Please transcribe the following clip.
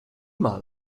mal